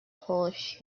polish